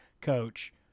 coach